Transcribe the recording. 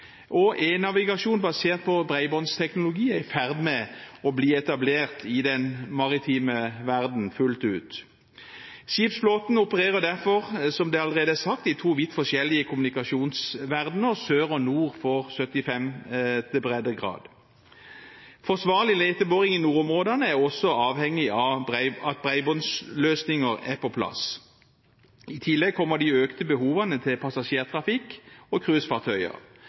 velferdsbehov. Og e-navigasjon basert på bredbåndsteknologi er i ferd med å bli etablert i den maritime verden fullt ut. Skipsflåten operer derfor – som allerede er sagt – i to vidt forskjellige kommunikasjonsverdener: sør og nord for 75. breddegrad. Forsvarlig leteboring i nordområdene er også avhengig av at bredbåndsløsninger er på plass. I tillegg kommer de økte behovene til passasjertrafikk og